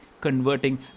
converting